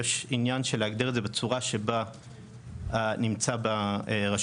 יש עניין של להגדיר את זה בצורה שבה נמצא ברשויות